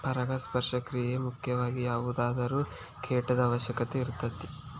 ಪರಾಗಸ್ಪರ್ಶ ಕ್ರಿಯೆಗೆ ಮುಖ್ಯವಾಗಿ ಯಾವುದಾದರು ಕೇಟದ ಅವಶ್ಯಕತೆ ಇರತತಿ